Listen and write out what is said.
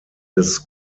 des